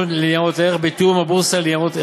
ניירות ערך בתיאום עם הבורסה לניירות ערך,